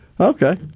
Okay